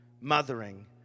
Mothering